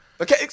Okay